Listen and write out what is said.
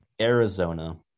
Arizona